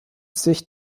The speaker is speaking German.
sich